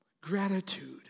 Gratitude